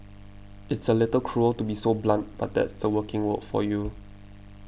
it's a little cruel to be so blunt but that's the working world for you